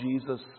Jesus